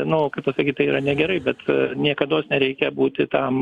nu kaip pasakyt tai yra negerai bet niekados nereikia būti tam